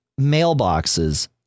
mailboxes